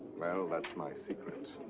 well, that's my secret.